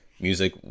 music